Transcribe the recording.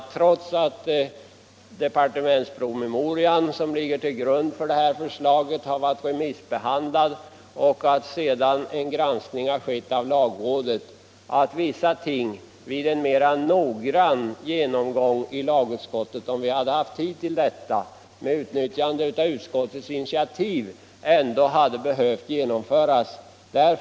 Trots att departementspromemorian som ligger till grund för förslaget har varit remissbehandlad och trots att en granskning har skett i lagrådet anser vi att vissa ting borde ha tagits upp till en mera noggrann genomgång i utskottet, om vi hade haft tid till detta, varvid förbättringar hade kunnat åstadkommas genom utnyttjande av utskottets initiativrätt.